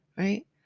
Right